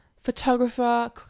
photographer